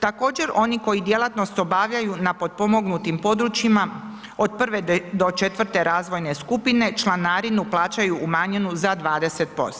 Također oni koji djelatnost obavljaju na potpomognutim područjima od prve do četvrte razvojne skupine, članarinu plaćaju umanjenu za 20%